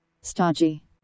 Stodgy